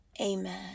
amen